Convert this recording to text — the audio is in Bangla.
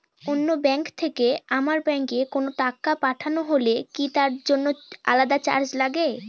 অন্য ব্যাংক থেকে আমার ব্যাংকে কোনো টাকা পাঠানো হলে কি তার জন্য আলাদা চার্জ লাগে?